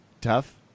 Tough